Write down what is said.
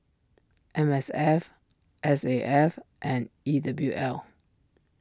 M S F S A F and E W L